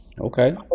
Okay